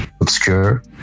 obscure